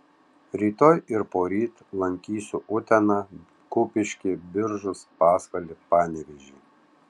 rytoj ir poryt lankysiu uteną kupiškį biržus pasvalį panevėžį